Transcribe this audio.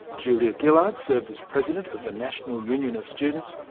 julia gillard served as president of the national union of students,